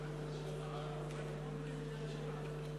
חברי חברי הכנסת,